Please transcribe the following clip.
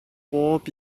bob